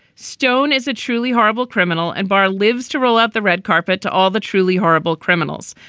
stone is a truly horrible criminal. and barr lives to roll out the red carpet to all the truly horrible criminals.